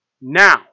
Now